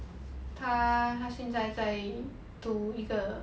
他他现在在读一个